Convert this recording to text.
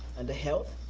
and health,